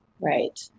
Right